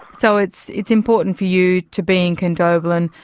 so it's it's important for you to be in condobolin.